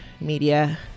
media